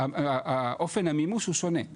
אופן המימוש הוא שונה.